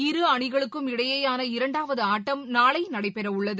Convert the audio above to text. இரு அணிகளுக்கு ம் இடையேயான இரண்டாவது ஆட்டம் நாளை நடை பெறவர்ள்ளது